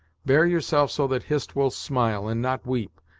bear yourself so that hist will smile, and not weep,